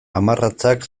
hamarratzak